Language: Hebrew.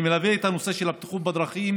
אני מלווה את הנושא של הבטיחות בדרכים